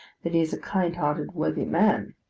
that he is a kind-hearted, worthy man.